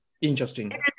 interesting